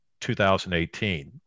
2018